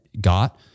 got